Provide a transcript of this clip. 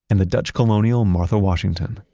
and the dutch colonial martha washington.